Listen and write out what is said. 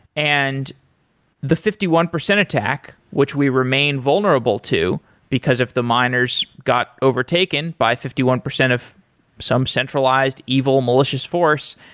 and the fifty one percent attack, which we remain vulnerable to because of the miners got overtaken by fifty one percent of some centralized evil, malicious force,